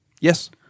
Yes